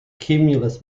cumulus